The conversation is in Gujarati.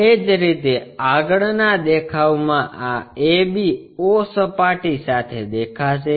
એ જ રીતે આગળના દેખાવમાં આ ab o સપાટી દેખાશે